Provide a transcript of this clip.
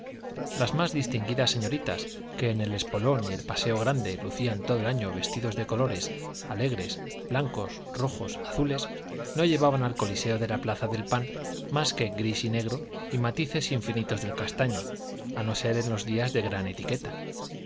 las más distinguidas señoritas que en el espolón y el paseo grande lucían todo el año vestidos de colores alegres blancos rojos azules no llevaban al coliseo de la plaza del pan más que gris y negro y matices infinitos del castaño a no ser en los días de gran etiqueta